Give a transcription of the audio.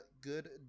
good